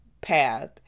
path